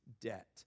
debt